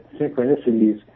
synchronicities